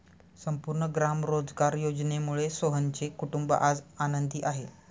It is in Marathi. संपूर्ण ग्राम रोजगार योजनेमुळे सोहनचे कुटुंब आज आनंदी आहे